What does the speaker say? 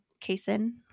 casein